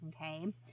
okay